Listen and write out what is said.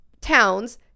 towns